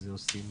זה עושים